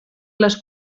les